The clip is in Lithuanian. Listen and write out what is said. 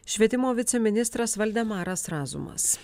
švietimo viceministras valdemaras razumas